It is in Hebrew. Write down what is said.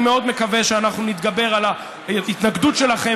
אני מאוד מקווה שאנחנו נתגבר על ההתנגדות שלכם